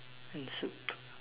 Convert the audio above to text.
and soup